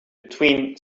between